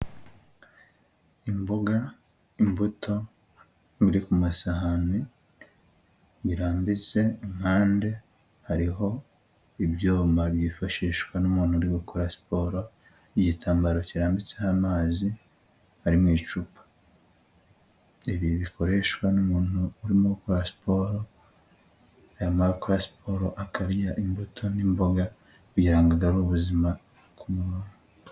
Imboga, imbuto biri ku masahani birambitse, impande hariho ibyuma byifashishwa n'umuntu uri gukora siporo, igitambaro kirambitseho amazi ari mu icupa. Ibi bikoreshwa n'umuntu urimo gukora siporo, yamara gukora siporo akarya imbuto n'imboga kugira ngo agarure ubuzima ku muntu.